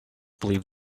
believe